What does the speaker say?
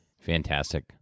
Fantastic